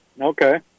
Okay